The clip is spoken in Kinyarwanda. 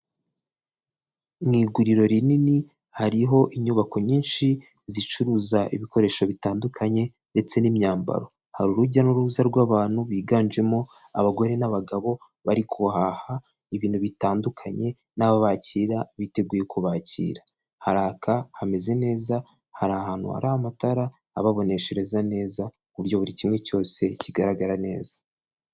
Mu iguriro rinini hariho inyubako nyinshi zicuruza ibikoresho bitandukanye ndetse n'imyambaro. Hari urujya n'uruza rw'abantu biganjemo abagore n'abagabo bari guhaha ibintu bitandukanye, n'ababakira biteguye kubakira. Haraka hameze neza hari ahantu hari amatara ababoneshereza neza ku buryo buri kimwe cyose kigaragara neza.